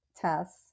tests